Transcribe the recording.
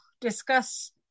discuss